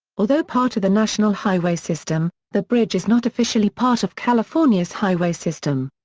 although part of the national highway system, the bridge is not officially part of california's highway system.